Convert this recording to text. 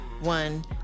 one